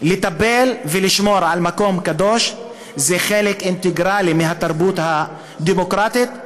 לטפל ולשמור על מקום קדוש זה חלק אינטגרלי מהתרבות הדמוקרטית,